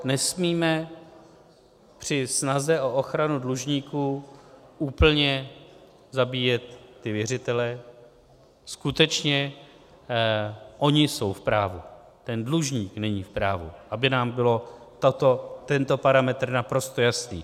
Nesmíme při snaze o ochranu dlužníků úplně zabíjet věřitele, skutečně oni jsou v právu, ten dlužník není v právu, aby nám byl tento parametr naprosto jasný.